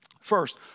First